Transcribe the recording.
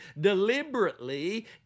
deliberately